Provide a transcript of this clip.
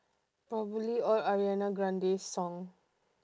probably all ariana grande song